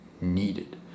needed